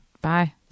Bye